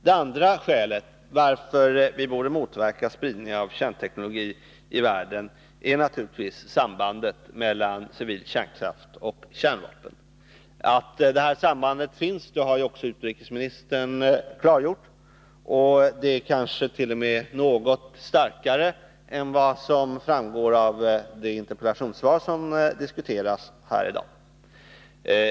Det andra skälet till att vi bör motverka spridning av kärnteknologi i världen är naturligtvis sambandet mellan civil kärnkraft och kärnvapen. Att ett sådant samband finns har också utrikesministern klargjort, och detta kanske t.o.m. något starkare än vad som framgår av det interpellationssvar som diskuteras här i dag.